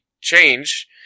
change